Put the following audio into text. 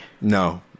No